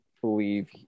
believe